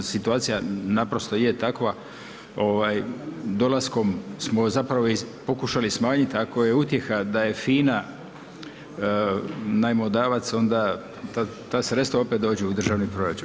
Situacija je takva, dolaskom smo pokušali smanjiti, ako je utjeha da je FINA najmodavac onda ta sredstva opet dođu u državni proračun.